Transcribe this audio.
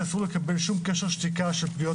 אסור לקבל שום קשר שתיקה של פגיעות